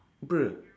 bruh